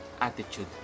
attitude